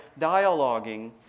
dialoguing